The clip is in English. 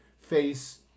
Face